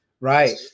right